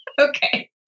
Okay